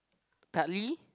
partly